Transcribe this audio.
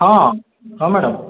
ହଁ ହଁ ମ୍ୟାଡ଼ାମ୍